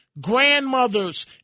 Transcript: grandmothers